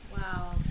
Wow